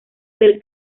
del